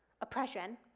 oppression